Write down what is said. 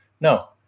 No